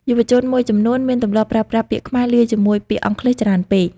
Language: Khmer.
យុវជនមួយចំនួនមានទម្លាប់ប្រើប្រាស់ពាក្យខ្មែរលាយជាមួយពាក្យអង់គ្លេសច្រើនពេក។